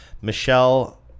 Michelle